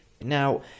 Now